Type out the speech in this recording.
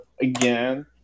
again